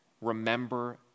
remember